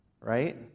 right